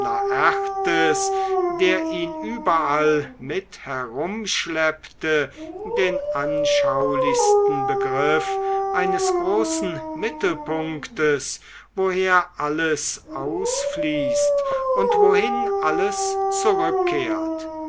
der ihn überall mit herumschleppte den anschaulichsten begriff eines großen mittelpunktes woher alles ausfließt und wohin alles zurückkehrt